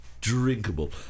drinkable